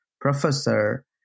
professor